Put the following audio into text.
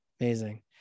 amazing